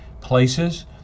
places